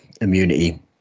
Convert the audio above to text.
immunity